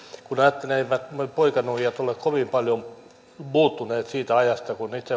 kun ajattelee että eivät ne poikanuijat ole kovin paljon muuttuneet siitä ajasta kun itse